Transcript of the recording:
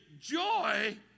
joy